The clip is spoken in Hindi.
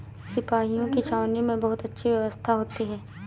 सिपाहियों की छावनी में बहुत अच्छी व्यवस्था होती है